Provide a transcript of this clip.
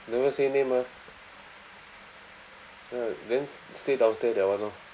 never say name mah uh then stay downstairs that [one] lor